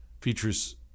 features